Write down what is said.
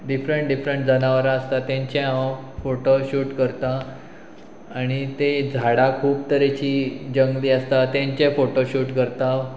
different different जनावरां आसता तेंचें हांव फोटो शूट करता आनी ते झाडां खूब तरेची जंगली आसता तेंचे फोटोशूट करता